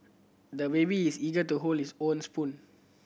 the baby is eager to hold his own spoon